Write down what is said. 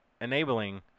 enabling